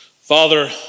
Father